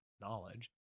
knowledge